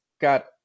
got